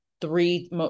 three